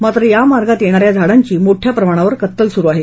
मात्र या मार्गात येणाऱ्या झाडांची मोठ्या प्रमाणावर कत्तल सुरू आहे